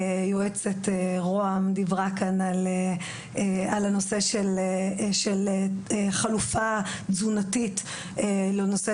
יועצת ראש הממשלה דיברה כאן על הנושא של חלופה תזונתית לנושא,